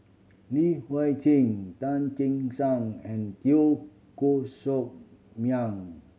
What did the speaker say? Li Hui Cheng Tan Che Sang and Teo Koh Sock Miang